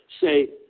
say